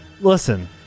Listen